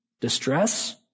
Distress